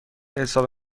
حساب